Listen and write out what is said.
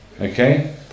Okay